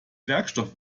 werkstoff